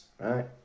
right